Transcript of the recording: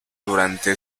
durante